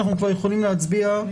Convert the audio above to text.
או שאנחנו כבר יכולים להצביע כבר היום?